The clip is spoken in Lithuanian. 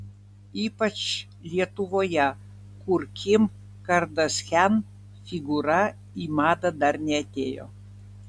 ypač lietuvoje kur kim kardashian figūra į madą dar neatėjo